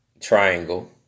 triangle